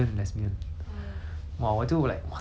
chua tio sia 我就听 liao hor like 哪里可能